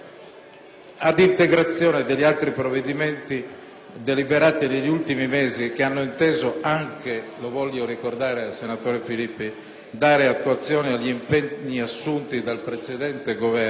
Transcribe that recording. ad integrazione degli altri provvedimenti deliberati negli ultimi mesi, che hanno inteso anche - lo voglio ricordare al senatore Filippi - dare attuazione agli impegni assunti dal precedente Governo